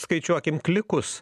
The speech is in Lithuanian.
skaičiuokim klikus